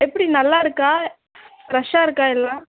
எப்படி நல்லா இருக்கா ஃப்ரெஷ்ஷாக இருக்கா எல்லாம்